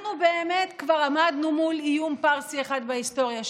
אנחנו באמת כבר עמדנו מול איום פרסי אחד בהיסטוריה שלנו,